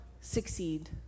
succeed